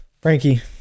Frankie